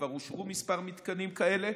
וכבר אושרו כמה מתקנים כאלה.